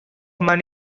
money